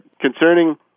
concerning